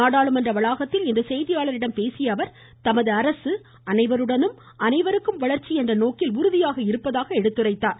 நாடாளுமன்ற வளாகத்தில் செய்தியாளர்களிடம் பேசிய அவர் தமது அரசு அனைவருடனும் அனைவருக்கும் வளர்ச்சி என்ற நோக்கில் உறுதியாக இருப்பதாகவும் குறிப்பிட்டார்